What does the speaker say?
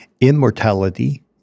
Immortality